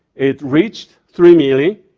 it reached three million,